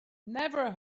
never